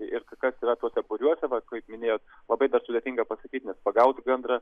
ir kas yra tuose būriuose va kaip minėjot labai dar sudėtinga pasakyt nes pagaut gandrą